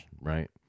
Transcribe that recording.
right